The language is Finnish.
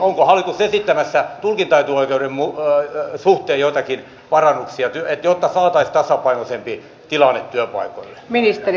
onko hallitus esittämässä tulkintaetuoikeuden suhteen joitakin parannuksia jotta saataisiin tasapainoisempi tilanne työpaikoille